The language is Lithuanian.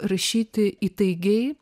rašyti įtaigiai